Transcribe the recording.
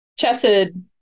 Chesed